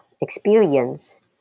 experience